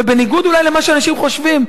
ובניגוד אולי למה שאנשים חושבים,